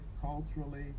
culturally